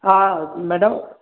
हा मैडम